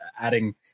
adding